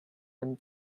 them